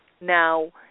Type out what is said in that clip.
Now